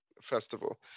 festival